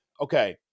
okay